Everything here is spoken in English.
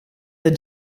the